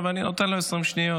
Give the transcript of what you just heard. ואני נותן לו 20 שניות.